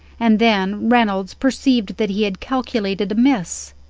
and then reynolds perceived that he had calculated amiss.